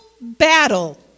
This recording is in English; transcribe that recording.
battle